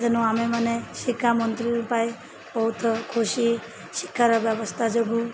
ତେନୁ ଆମେମାନେ ଶିକ୍ଷାମନ୍ତ୍ରୀ ପାଇ ବହୁତ ଖୁସି ଶିକ୍ଷାର ବ୍ୟବସ୍ଥା ଯୋଗୁଁ